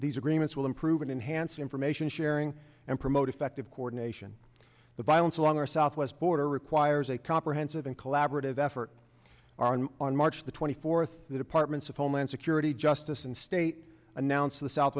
these agreements will improve and enhance information sharing and promote effective coordination with violence along our southwest border requires a comprehensive and collaborative effort on march the twenty fourth the departments of homeland security justice and state announced the south